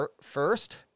first